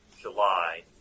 July